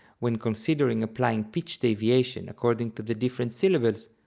when considering applying pitch deviations according to the different syllables,